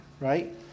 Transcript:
right